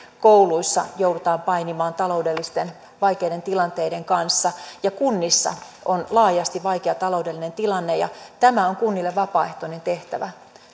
kouluissa joudutaan painimaan taloudellisten vaikeiden tilanteiden kanssa ja kunnissa on laajasti vaikea taloudellinen tilanne ja tämä on kunnille vapaaehtoinen tehtävä